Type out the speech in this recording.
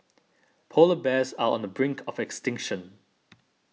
Polar Bears are on the brink of extinction